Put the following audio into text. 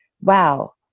wow